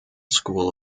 school